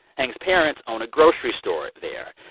heng's parents own a grocery store there.